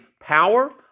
power